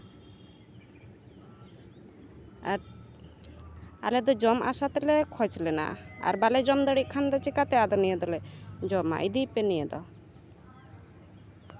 ᱟᱨ ᱟᱞᱮ ᱫᱚ ᱡᱚᱢ ᱟᱥᱟ ᱛᱮᱞᱮ ᱠᱷᱚᱡ ᱞᱮᱱᱟ ᱟᱨ ᱵᱟᱞᱮ ᱡᱚᱢ ᱫᱟᱲᱮᱭᱟᱜ ᱠᱷᱟᱱ ᱫᱚ ᱪᱤᱠᱟᱹᱛᱮ ᱱᱤᱭᱟᱹᱫᱚᱞᱮ ᱡᱚᱢᱟ ᱤᱫᱤᱭ ᱯᱮ ᱱᱤᱭᱟᱹ ᱫᱚ